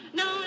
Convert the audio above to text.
no